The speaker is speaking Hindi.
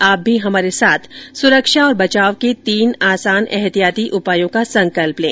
आप भी हमारे साथ सुरक्षा और बचाव के तीन आसान एहतियाती उपायों का संकल्प लें